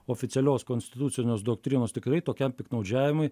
oficialios konstitucinės doktrinos tikrai tokiam piktnaudžiavimui